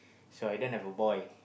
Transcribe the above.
so I didn't have a boy